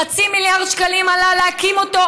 חצי מיליארד שקלים עלה להקים אותו,